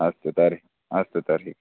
अस्तु तर्हि अस्तु तर्हि